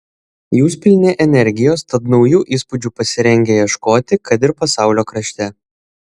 jūs pilni energijos tad naujų įspūdžių pasirengę ieškoti kad ir pasaulio krašte